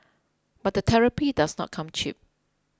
but the therapy does not come cheap